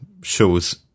shows